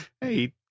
Hey